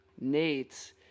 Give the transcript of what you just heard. Nate